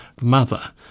mother